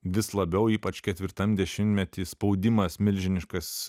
vis labiau ypač ketvirtam dešimtmety spaudimas milžiniškas